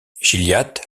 gilliatt